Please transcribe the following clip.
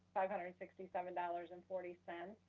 five hundred and sixty seven dollars and forty cents.